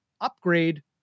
upgrade